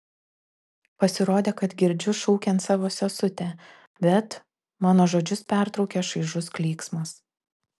pasirodė kad girdžiu šaukiant savo sesutę bet mano žodžius pertraukia šaižus klyksmas